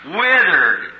withered